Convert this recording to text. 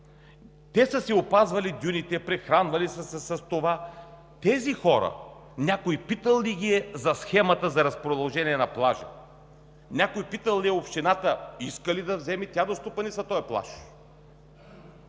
те са си опазвали дюните, прехранвали са се с това, тези хора някой питал ли ги е за схемата за разположение на плажа? Някой питал ли е общината иска ли тя да вземе да стопанисва този плаж?